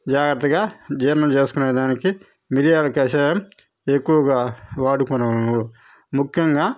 జాగ్రత్తగా జీర్ణం చేసుకునేదానికి మిరియాల కషాయం ఎక్కువగా వాడుకోనవలెను ముఖ్యంగా